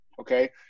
okay